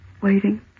waiting